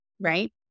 Right